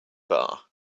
bar